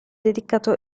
dedicato